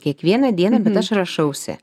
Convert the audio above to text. kiekvieną dieną aš rašausi